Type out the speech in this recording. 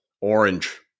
Orange